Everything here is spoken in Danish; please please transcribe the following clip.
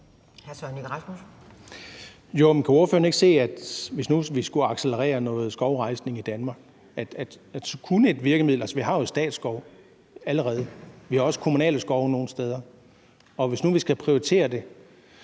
Søren Egge Rasmussen (EL): Men kan ordføreren ikke se, at hvis nu vi skulle accelerere noget skovrejsning i Danmark, kunne det være et virkemiddel? Altså, vi har jo statsskov allerede, og vi har også kommunale skove nogle steder, og hvis nu vi skal prioritere det,